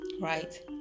right